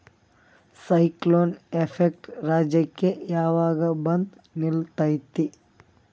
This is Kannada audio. ಸೈಕ್ಲೋನ್ ಎಫೆಕ್ಟ್ ರಾಜ್ಯಕ್ಕೆ ಯಾವಾಗ ಬಂದ ನಿಲ್ಲತೈತಿ?